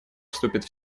вступит